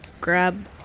grab